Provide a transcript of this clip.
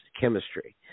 chemistry